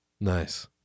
Nice